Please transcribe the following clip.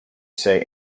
say